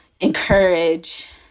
encourage